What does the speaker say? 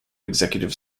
executive